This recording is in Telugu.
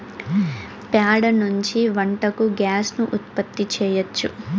ప్యాడ నుంచి వంటకు గ్యాస్ ను ఉత్పత్తి చేయచ్చు